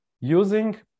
using